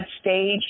stage